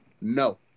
No